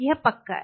यह पक्का है